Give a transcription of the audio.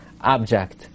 object